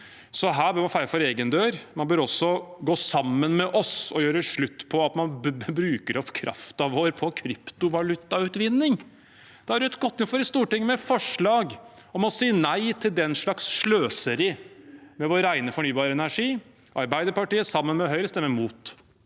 Her bør man feie for egen dør. Man bør også gå sammen med oss og gjøre slutt på at man bruker opp kraften vår på kryptovalutautvinning. Rødt har gått til Stortinget med forslag om å si nei til den slags sløseri med vår rene, fornybare energi. Arbeiderpartiet sammen med Høyre stemmer imot.